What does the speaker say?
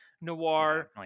noir